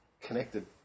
connected